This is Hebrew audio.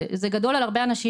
זה גדול על הרבה אנשים,